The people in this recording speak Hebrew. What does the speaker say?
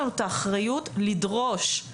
האחריות לדרוש את זה